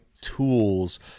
Tools